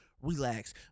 relax